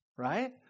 right